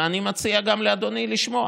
ואני מציע גם לאדוני לשמוע,